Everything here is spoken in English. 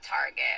Target